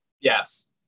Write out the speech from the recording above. Yes